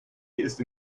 ist